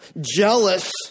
jealous